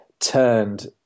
turned